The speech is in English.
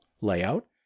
layout